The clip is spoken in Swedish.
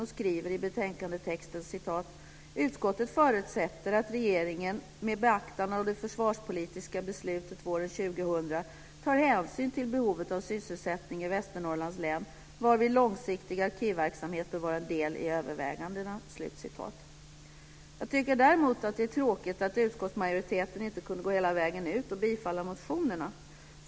Man skriver i betänkandetexten: "Utskottet förutsätter att regeringen med beaktande av det försvarspolitiska beslutet våren 2000 - tar hänsyn till behovet av sysselsättning i Västernorrlands län, varvid långsiktig arkivverksamhet bör vara en del i övervägandena." Jag tycker däremot att det är tråkigt att utskottsmajoriteten inte kunde gå hela vägen och bifalla motionerna.